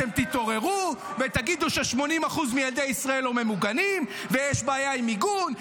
אתם תתעוררו ותגידו ש-80% מילדי ישראל לא ממוגנים ויש בעיה עם מיגון,